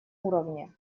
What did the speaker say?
уровне